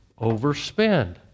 overspend